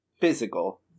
Physical